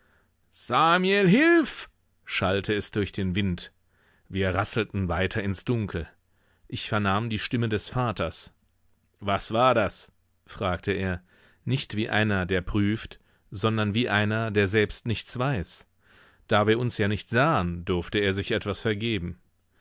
samiel hilf schallte es durch den wind wir rasselten weiter ins dunkel ich vernahm die stimme des vaters was war das fragte er nicht wie einer der prüft sondern wie einer der selbst nichts weiß da wir uns ja nicht sahen durfte er sich etwas vergeben